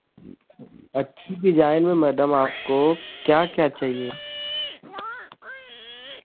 अच्छी डिजाइन में मैडम आपको क्या क्या चाहिए